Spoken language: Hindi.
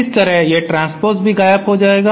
इस तरह यह ट्रांस्पोस भी गायब हो जाएगा